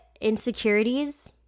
insecurities